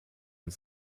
und